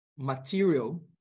material